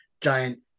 giant